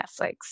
Netflix